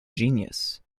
genius